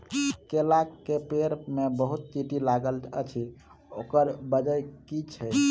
केला केँ पेड़ मे बहुत चींटी लागल अछि, ओकर बजय की छै?